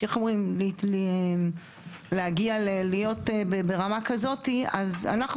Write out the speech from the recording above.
איך אומרים להגיע להיות ברמה כזאתי אז אנחנו